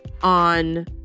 on